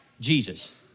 Jesus